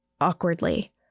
awkwardly